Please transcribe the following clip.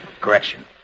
Correction